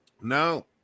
No